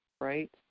right